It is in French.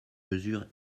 mesure